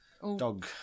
dog